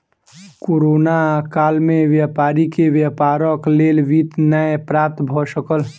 corona काल में व्यापारी के व्यापारक लेल वित्त नै प्राप्त भ सकल